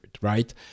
right